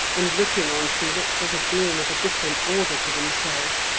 and looking on felix as a being of a different order to themselves,